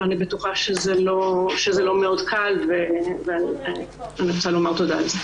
אני בטוחה שזה לא מאוד קל ואני רוצה לומר תודה על זה.